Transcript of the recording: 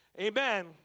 Amen